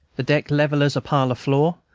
the deck level as a parlor-floor,